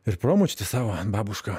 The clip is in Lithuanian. ir promočiutę savo babušką